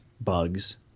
bugs